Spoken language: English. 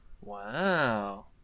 Wow